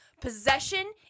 Possession